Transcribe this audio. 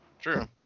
True